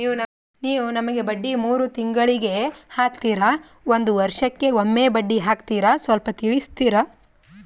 ನೀವು ನಮಗೆ ಬಡ್ಡಿ ಮೂರು ತಿಂಗಳಿಗೆ ಹಾಕ್ತಿರಾ, ಒಂದ್ ವರ್ಷಕ್ಕೆ ಒಮ್ಮೆ ಬಡ್ಡಿ ಹಾಕ್ತಿರಾ ಸ್ವಲ್ಪ ತಿಳಿಸ್ತೀರ?